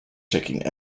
taking